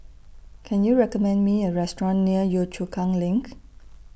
Can YOU recommend Me A Restaurant near Yio Chu Kang LINK